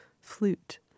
flute